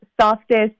softest